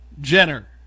Jenner